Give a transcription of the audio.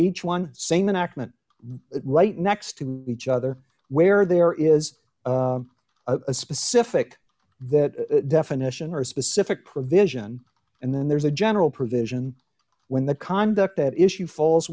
each one same an argument that right next to each other where there is a specific that definition or a specific provision and then there's a general provision when the conduct that issue falls